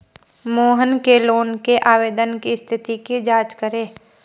मोहन के लोन के आवेदन की स्थिति की जाँच करें